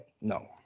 no